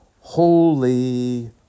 Holy